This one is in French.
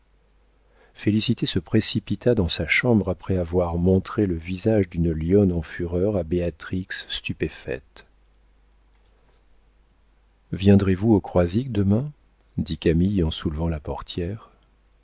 félicité se précipita dans sa chambre après avoir montré le visage d'une lionne en fureur à béatrix stupéfaite viendrez-vous au croisic demain dit camille en soulevant la portière